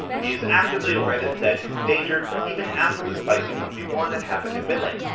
he is actively aware that zed is in danger, even after the spicy one v one that happened in mid lane.